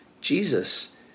Jesus